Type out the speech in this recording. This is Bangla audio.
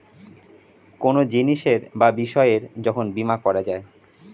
কোনো জিনিসের বা বিষয়ের যখন বীমা করা যায়